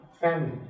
family